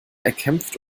erkämpft